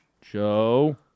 Joe